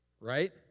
right